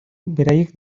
beraiek